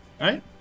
right